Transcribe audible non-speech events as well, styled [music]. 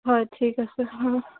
হয় ঠিক আছে [unintelligible]